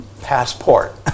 passport